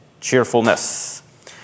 cheerfulness